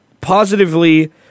Positively